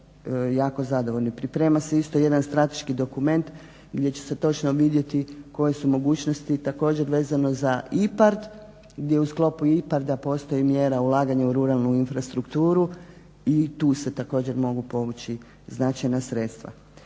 jako zadovoljni. Priprema se isto jedan strateški dokument, gdje će se točno vidjeti koje su mogućnosti, također vezano za IPARD, gdje u sklopu IPARDA postoji mjera ulaganja u ruralnu infrastrukturu i tu se također mogu povući značajna sredstva.